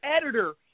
editor